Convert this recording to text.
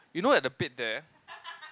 you know at the bed there